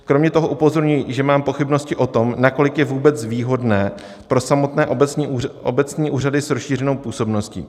Kromě toho upozorňuji, že mám pochybnosti o tom, nakolik je vůbec výhodné pro samotné obecní úřady s rozšířenou působností.